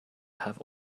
have